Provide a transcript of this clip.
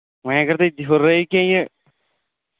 وۄنۍ اَگر تُہۍ ہُررٲوِو کیٚنٛہہ یہِ